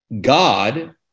God